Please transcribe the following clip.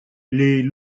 les